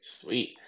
Sweet